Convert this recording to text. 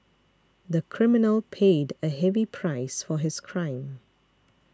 the criminal paid a heavy price for his crime